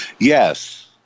Yes